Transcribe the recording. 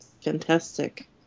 fantastic